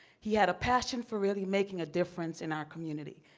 he had a passion for really making a difference in our community.